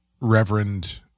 Reverend